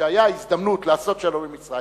כשהיתה הזדמנות לעשות שלום עם מצרים,